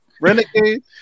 Renegade